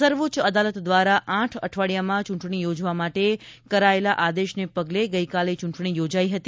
સર્વોચ્ચ અદાલત દ્વારા આઠ અઠવાડિયામાં ચ્રંટણી યોજવા માટે કરાયેલા આદેશના પગલે ગઈકાલે ચૂંટણી યોજાઈ હતી